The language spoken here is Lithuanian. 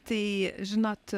tai žinot